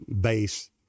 base